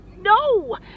no